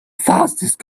fastest